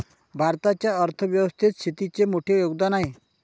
भारताच्या अर्थ व्यवस्थेत शेतीचे मोठे योगदान आहे